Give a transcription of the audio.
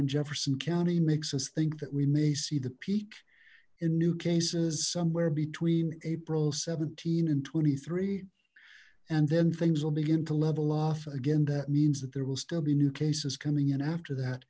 in jefferson county makes us think that we may see the peek in new cases somewhere between april seventeen and twenty three and then things will begin to level off again that means that there will still be new cases coming in after that